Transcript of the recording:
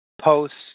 posts